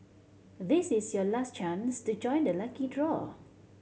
this is your last chance to join the lucky draw